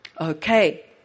Okay